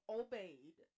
obeyed